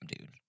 dude